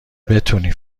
بتونی